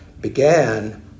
began